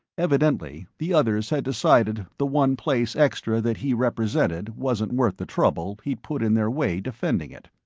evidently, the others had decided the one place extra that he represented wasn't worth the trouble he'd put in their way defending it.